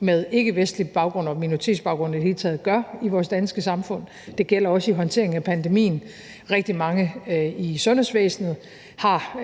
med ikkevestlig baggrund og minoritetsbaggrund i det hele taget gør i vores danske samfund, og det gælder også i håndteringen af pandemien. Rigtig mange i sundhedsvæsenet har